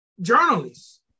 journalists